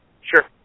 Sure